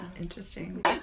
Interesting